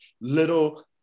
little